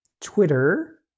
Twitter